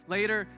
Later